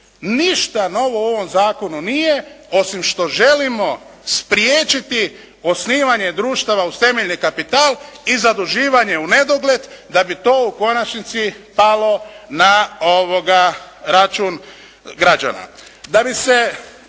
Ništa novo u ovom zakonu nije osim što želimo spriječiti osnivanje društava uz temeljni kapital i zaduživanje u nedogled da bi to u konačnici palo na račun građana.